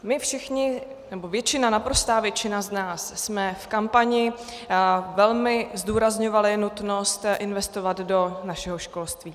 My všichni, nebo naprostá většina z nás, jsme v kampani velmi zdůrazňovali nutnost investovat do našeho školství.